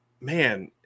man